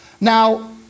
Now